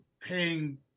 paying